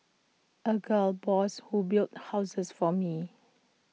A gal boss who builds houses for me